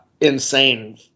insane